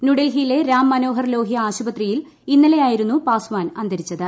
ന്യൂഡൽഹിയിലെ രാം മനോഹർ ലോഹ്യ ആശുപത്രിയിൽ ഇന്നലെയായിരുന്നു പാസ്വാൻ അന്തരിച്ചത്